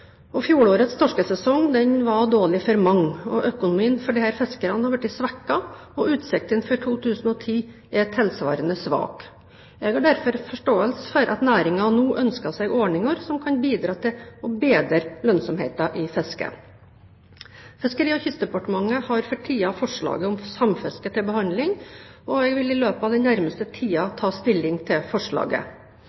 Fjorårets torskesesong var dårlig for mange. Økonomien for disse fiskerne har blitt svekket, og utsiktene for 2010 er tilsvarende svake. Jeg har derfor forståelse for at næringen nå ønsker seg ordninger som kan bidra til å bedre lønnsomheten i fisket. Fiskeri- og kystdepartementet har for tiden forslaget om samfiske til behandling, og jeg vil i løpet av den nærmeste